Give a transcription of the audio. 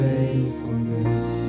faithfulness